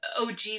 OG